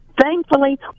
Thankfully